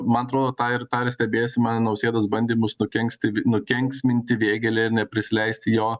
man atrodo tą ir tą ir stebėsim man nausėdos bandymus nukenksti vi nukenksminti vėgėlę ir neprisileisti jo